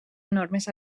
enormes